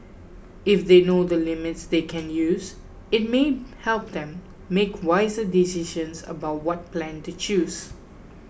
if they know the limits they can use it may help them make wiser decisions about what plan to choose